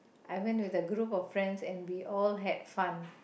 I went with a group of friends and we all had fun